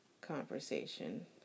conversation